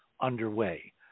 underway